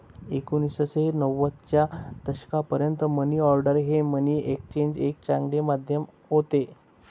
एकोणीसशे नव्वदच्या दशकापर्यंत मनी ऑर्डर हे मनी एक्सचेंजचे एक चांगले माध्यम होते